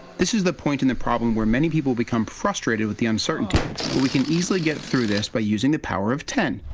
this is the point in the problem where many people become frustrated with the uncertainty, but we can easily get through this by using the power of ten.